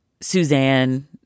Suzanne